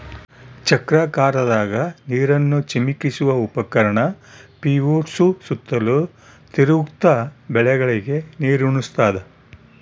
ಚಕ್ರಾಕಾರದಾಗ ನೀರನ್ನು ಚಿಮುಕಿಸುವ ಉಪಕರಣ ಪಿವೋಟ್ಸು ಸುತ್ತಲೂ ತಿರುಗ್ತ ಬೆಳೆಗಳಿಗೆ ನೀರುಣಸ್ತಾದ